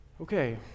Okay